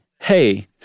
hey